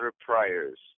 prayers